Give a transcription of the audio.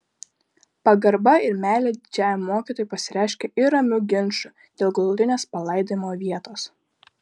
pagarba ir meilė didžiajam mokytojui pasireiškė ir ramiu ginču dėl galutinės palaidojimo vietos